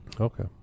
Okay